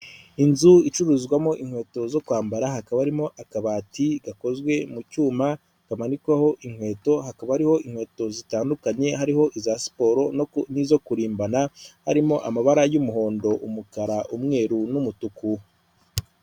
Inzu icuruzwamo inkweto zo kwambara, hakaba harimo akabati gakozwe mu cyuma kamanikwaho inkweto, hakaba hariho inkweto zitandukanye, hariho iza siporo n'izo kurimbana, harimo amabara y'umuhondo, umukara, umweru, n'umutuku.